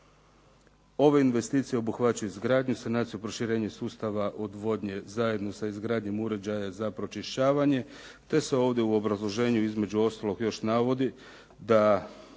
Ove investicije obuhvaćaju izgradnju, sanaciju, proširenje sustava odvodnje zajedno sa izgradnjom uređaja za pročišćavanje te se ovdje u obrazloženju između ostalog još navodi da